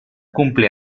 cumple